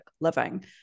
living